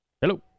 Hello